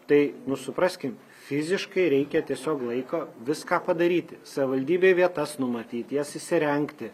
tai nu supraskim fiziškai reikia tiesiog laiko viską padaryti savivaldybėj vietas numatyti jas įsirengti